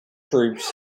troops